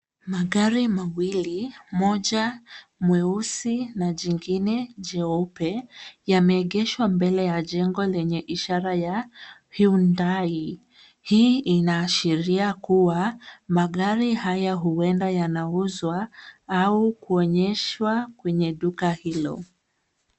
Magari mawili, moja mweusi na jingine jeupe yameegeshwa mbele ya jengo lenye ishara ya Hyundai . Hii inaashiria kuwa magari haya huenda yanauzwa au kuonyeshwa kwenye duka hilo.